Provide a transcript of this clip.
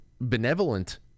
benevolent